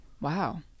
Wow